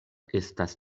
estas